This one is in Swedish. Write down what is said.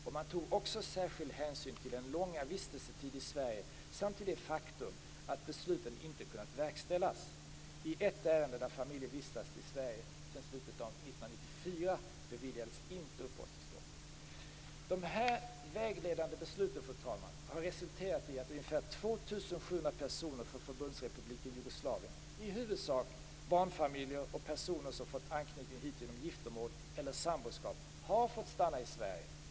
Nämnden tog även särskild hänsyn till den långa vistelsetiden i Sverige samt till det faktum att besluten inte kunnat verkställas. I ett ärende, där familjerna vistats i De här vägledande besluten har resulterat i att ca 2 700 personer från Förbundsrepubliken Jugoslavien, i huvudsak barnfamiljer och personer som fått anknytning hit genom giftermål eller samboskap, har fått stanna i Sverige.